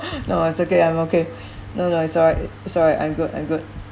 no it's okay I'm okay no no it's alright it's alright I'm good I'm good